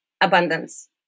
abundance